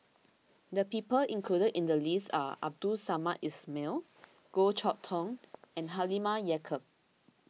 the people included in the list are Abdul Samad Ismail Goh Chok Tong and Halimah Yacob